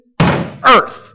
earth